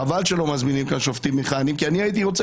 שלא מזמינים לכאן שופטים מכהנים כי אני הייתי רוצה